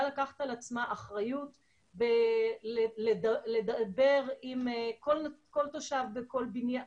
לקחת על עצמה אחריות ולדבר עם כל דייר בכל בניין,